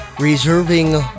reserving